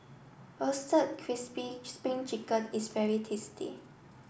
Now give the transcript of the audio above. roasted crispy spring chicken is very tasty